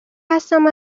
هستم